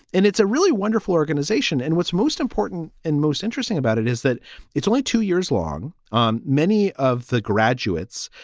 and it's a really wonderful organization. and what's most important and most interesting about it is that it's only two years long. um many of the graduates,